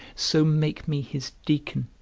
so make me his deacon,